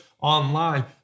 online